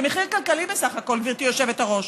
זה מחיר כלכלי בסך הכול, גברתי היושבת-ראש.